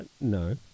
No